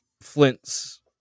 Flint's